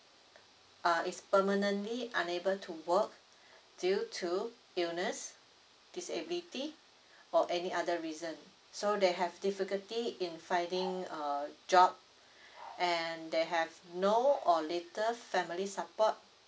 uh is permanently unable to work due to the illness disability or any other reason so they have difficulty in finding a job and they have no or little family support